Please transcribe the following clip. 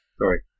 Sorry